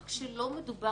מסכים שלא.